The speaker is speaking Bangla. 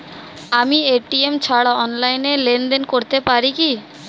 আমি এ.টি.এম ছাড়া অনলাইনে লেনদেন করতে পারি কি?